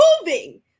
moving